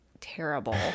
terrible